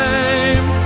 Time